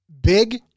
big